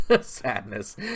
sadness